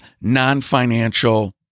non-financial